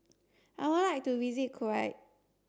I would like to visit Kuwait